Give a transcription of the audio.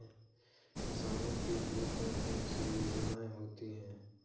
किसानों के लिए कौन कौन सी योजनायें होती हैं?